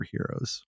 superheroes